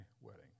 wedding